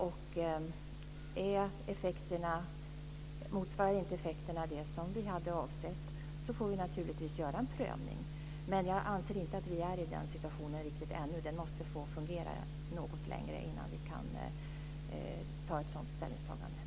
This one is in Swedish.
Och om effekterna inte blir de avsedda, så får vi naturligtvis göra en prövning. Men jag anser inte att vi är i den situationen riktigt ännu. Lagstiftningen måste få fungera något längre innan vi kan göra ett sådant ställningstagande.